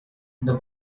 the